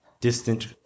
distant